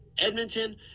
Edmonton